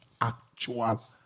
actual